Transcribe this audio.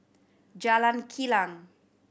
Jalan Kilang